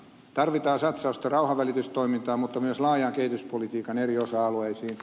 tarvitaan satsausta rauhanvälitystoimintaan mutta myös laajan kehityspolitiikan eri osa alueisiin